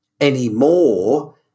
anymore